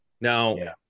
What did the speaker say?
now